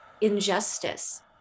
injustice